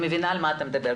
אני מבינה על מה אתה מדבר.